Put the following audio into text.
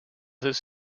his